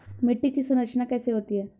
मिट्टी की संरचना कैसे होती है?